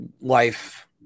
life